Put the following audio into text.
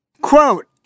Quote